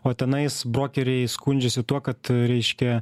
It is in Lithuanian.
o tenais brokeriai skundžiasi tuo kad reiškia